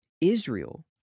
Israel